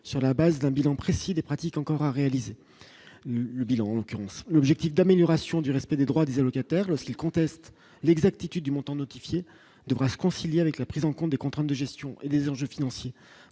sur la base d'un bilan précis des pratiques encore à réaliser le bilan, en l'occurrence l'objectif d'amélioration du respect des droits des allocataires lorsqu'il conteste l'exactitude du montant notifier devra se concilier avec la prise en compte des contraintes de gestion et des enjeux financiers